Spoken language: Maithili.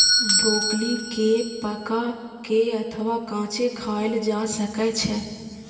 ब्रोकली कें पका के अथवा कांचे खाएल जा सकै छै